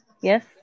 Yes